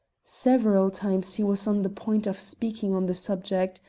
several times he was on the point of speaking on the subject.